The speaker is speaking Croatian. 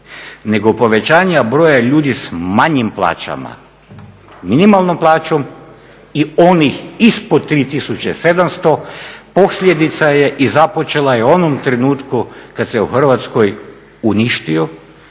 nego povećanja broja ljudi s manjim plaćama, minimalnom plaćom i onih ispod 3700 posljedica je i započela je u onom trenutku kad se u Hrvatskoj uništio,